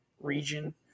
region